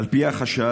"על פי החשד,